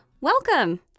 Welcome